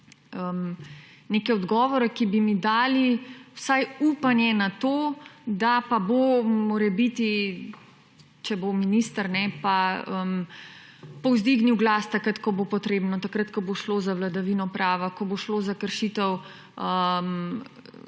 neke odgovore, ki bi mi dali vsaj upanje na to, da pa bo morebiti, če bo minister, ne, pa povzdignil glas, takrat ko bo potrebno, takrat ko bo šlo za vladavino prava, ko bo šlo za kršitev